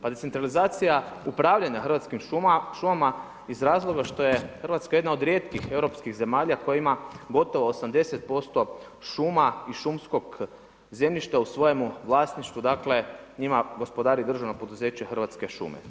Pa decentralizacija upravljanja hrvatskim šumama iz razloga što je Hrvatska jedna od rijetkih europskih zemalja koja ima gotovo 80% šuma i šumskog zemljišta u svojemu vlasništvu, dakle njima gospodari državno poduzeće Hrvatske šume.